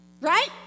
Right